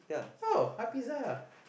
oh have pizza ah